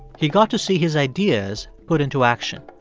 he got to see his ideas put into action.